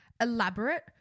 elaborate